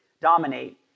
dominate